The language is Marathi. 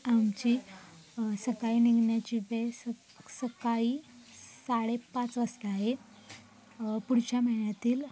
आमची सकाळी निघण्याची वेळ स सकाळी साडेपाच वाजता आहे पुढच्या महिन्यातील